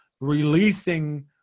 releasing